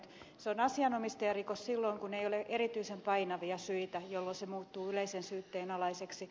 se on asianomistajarikos silloin kun ei ole erityisen painavia syitä jolloin se muuttuu yleisen syytteen alaiseksi